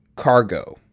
cargo